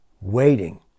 Waiting